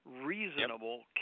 reasonable